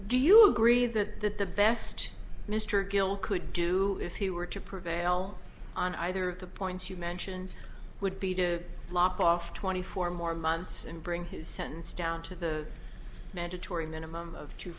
do you agree that that the best mr gill could do if he were to prevail on either of the points you mentioned would be to lop off twenty four more months and bring his sentence down to the mandatory minimum of two